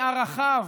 מערכיו.